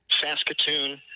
Saskatoon